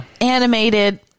animated